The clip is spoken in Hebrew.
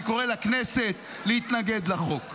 אני קורא לכנסת להתנגד לחוק.